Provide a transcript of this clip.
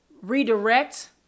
redirect